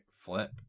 Flip